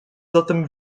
zatem